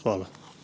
Hvala.